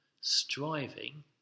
striving